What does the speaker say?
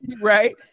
Right